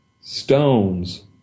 stones